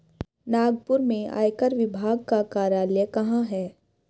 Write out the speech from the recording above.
नागपुर में आयकर विभाग का कार्यालय कहाँ है?